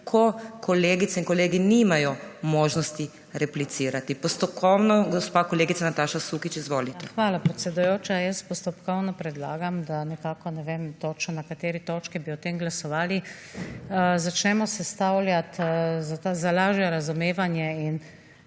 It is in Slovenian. ko kolegice in kolegi nimajo možnosti replicirati. Postopkovno, gospa kolegica Nataša Sukič. Izvolite. NATAŠA SUKIČ (PS Levica): Hvala, predsedujoča. Jaz postopkovno predlagam, da nekako, ne vem točno na kateri točki bi o tem glasovali, začnemo sestavljati za lažje razumevanje in